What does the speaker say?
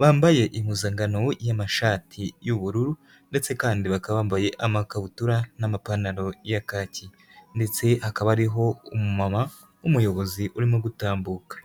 bambaye impuzankano y'amashati y'ubururu ndetse kandi bakaba bambaye amakabutura n'amapantaro ya kaki ndetse hakaba hariho umumama w'umuyobozi urimo gutambuka.